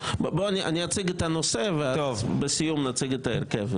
אני אציג את הנושא, ובסיום נציג את ההרכב.